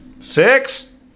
Six